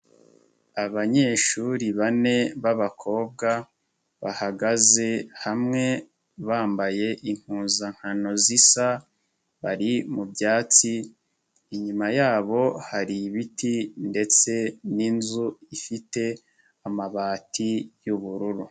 Abanyeshuri bane b'abakobwa bahagaze hamwe bambaye impuzankano zisa, bari mu byatsi inyuma yabo hari ibiti ndetse n'inzu ifite amabati y'ubururu.